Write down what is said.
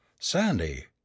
Sandy